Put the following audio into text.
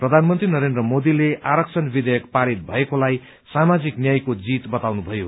प्रधानमन्त्री नरेन्द्र मोदीले आरक्षण विधेयक पारित भएकोलाई सामाजिक न्यायको जीत बताउनुभयो